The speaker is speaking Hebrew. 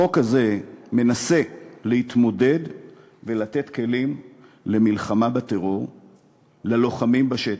החוק הזה מנסה להתמודד ולתת כלים למלחמה בטרור ללוחמים בשטח,